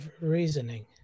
reasoning